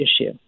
issue